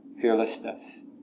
fearlessness